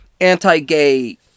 anti-gay